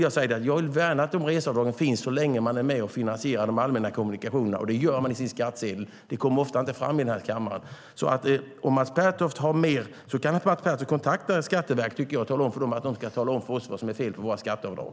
Jag vill värna att de reseavdragen finns så länge de människorna är med och finansierar de allmänna kommunikationerna. Det för de via sin skattsedel. Det kommer ofta inte fram i denna kammare. Om Mats Pertoft vet mer kan Mats Pertoft kontakta Skatteverket och tala om för det att det ska tala om för oss vad det är för fel på våra skatteavdrag.